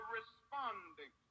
responding